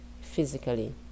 physically